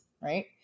right